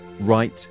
right